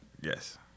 yes